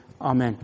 Amen